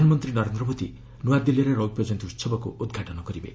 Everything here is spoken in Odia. ପ୍ରଧାନମନ୍ତ୍ରୀ ନରେନ୍ଦ୍ର ମୋଦି ନ୍ତଆଦିଲ୍ଲୀରେ ରୌପ୍ୟ କ୍ୟନ୍ତୀ ଉତ୍ସବକୁ ଉଦ୍ଘାଟନ କରିବେ